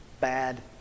bad